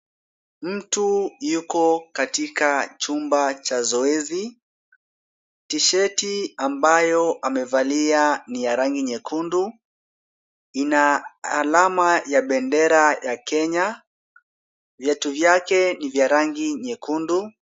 Mtu yuko katika chumba cha zoezi, tisheti ambayo ameivalia ni ya rangi nyekundu ina alama ya bendera ya kenya, viatu vyake ni vya rangi nyekundu.